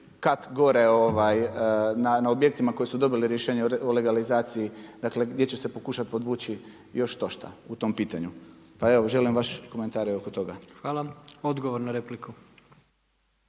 kat gore na objektima koja su dobili rješenja o legalizaciji gdje će se pokušati podvući još štošta u tom pitanju. Pa želim vaš komentare oko toga. **Jandroković,